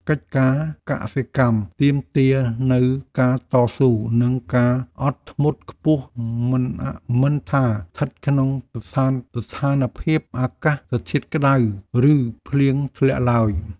កិច្ចការកសិកម្មទាមទារនូវការតស៊ូ និងការអត់ធ្មត់ខ្ពស់មិនថាស្ថិតក្នុងស្ថានភាពអាកាសធាតុក្តៅ ឬភ្លៀងធ្លាក់ឡើយ។